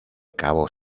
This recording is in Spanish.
cabo